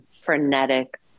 frenetic